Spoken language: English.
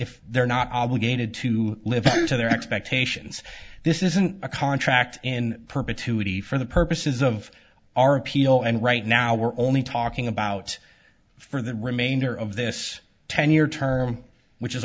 if they're not obligated to live up to their expectations this isn't a contract in perpetuity for the purposes of our appeal and right now we're only talking about for the remainder of this ten year term which is